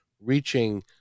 reaching